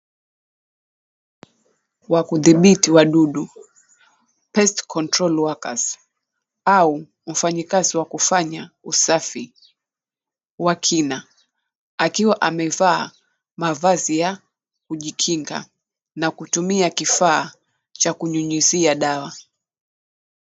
Wakudhibiti wadudu 'pest control workers' au mfanyakazi wakufanya usafi wa kina akiwa amevaa mavazi ya kujikinga na kutumia kifaa cha kunyunyuzia dawa.